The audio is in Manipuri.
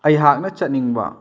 ꯑꯩꯍꯥꯛꯅ ꯆꯠꯅꯤꯡꯕ